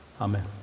Amen